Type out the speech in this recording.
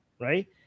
right